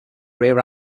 rear